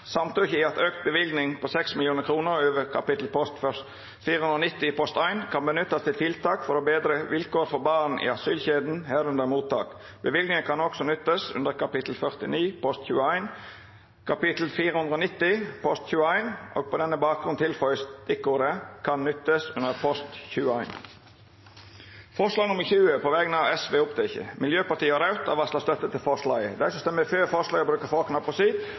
at økt bevilgning på 6 mill. kroner over kap. 490 post 1, kan benyttes til tiltak for å bedre vilkår for barn i asylkjeden, herunder mottak. Bevilgningen kan også nyttes under kap. 490 post 21, og på denne bakgrunn tilføyes stikkordet: kan nyttes under post 21.» Det vert fyrst votert over forslag nr. 20, frå Sosialistisk Venstreparti. Forslaget lyder: «Stortinget ber regjeringen fremme forslag til